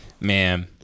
Man